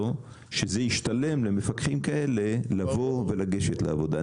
ככה שזה ישתלם למפקחים כאלה לבוא ולגשת לעבודה.